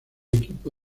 equipo